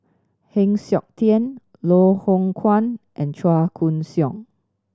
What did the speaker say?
Heng Siok Tian Loh Hoong Kwan and Chua Koon Siong